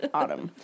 autumn